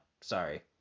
sorry